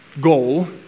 goal